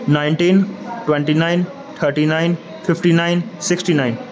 nineteen twenty nine thirty nine fifty nine sixty nine